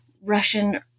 Russian